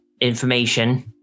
information